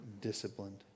disciplined